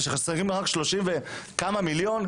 ושחסרים רק 30 וכמה מיליון,